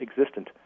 existent